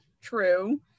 true